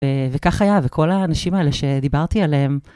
וכך היה, וכל האנשים האלה שדיברתי עליהם...